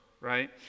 right